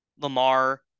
Lamar-